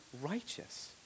righteous